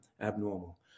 abnormal